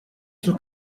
sul